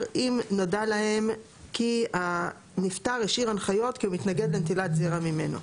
אם נודע להם כי הנפטר השאיר הנחיות כי הוא מתנגד לנטילת זרע ממנו".